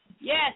Yes